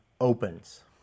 opens